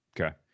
Okay